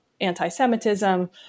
anti-Semitism